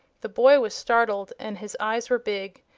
the boy was startled and his eyes were big.